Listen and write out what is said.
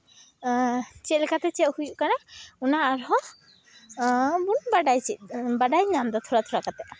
ᱪᱮᱫ ᱞᱮᱠᱟᱛᱮ ᱪᱮᱫ ᱦᱩᱭᱩᱜ ᱠᱟᱱᱟ ᱚᱱᱟ ᱟᱨᱦᱚᱸ ᱵᱚᱱ ᱵᱟᱰᱟᱭ ᱪᱮᱫ ᱵᱟᱰᱟᱭ ᱧᱟᱢ ᱮᱫᱟ ᱛᱷᱚᱲᱟ ᱛᱷᱚᱲᱟ ᱠᱟᱛᱮᱫ